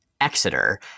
Exeter